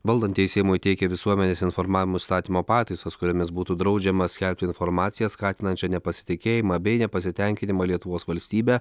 valdantieji seimui teikia visuomenės informavimo įstatymo pataisas kuriomis būtų draudžiama skelbti informaciją skatinančią nepasitikėjimą bei nepasitenkinimą lietuvos valstybe